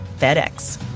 FedEx